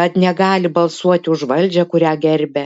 kad negali balsuoti už valdžią kurią gerbia